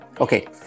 Okay